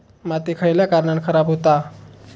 माती खयल्या कारणान खराब हुता?